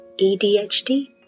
ADHD